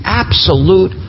absolute